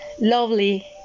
lovely